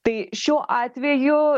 tai šiuo atveju